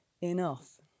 enough